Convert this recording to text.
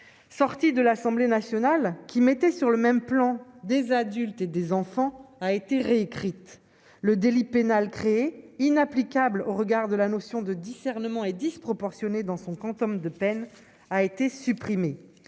sorti de l'Assemblée nationale qui mettait sur le même plan des adultes et des enfants, a été réécrite le délit pénal créé inapplicable au regard de la notion de discernement et disproportionnée dans son quantum de peine a été supprimée